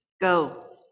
Go